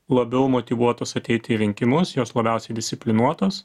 labiau motyvuotos ateiti į rinkimus jos labiausiai disciplinuotos